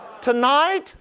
tonight